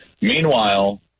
Meanwhile